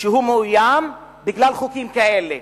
שהוא מאוים בגלל חוקים כאלה,